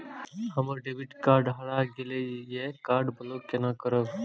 हमर debit card हरा गेल ये कार्ड ब्लॉक केना करब?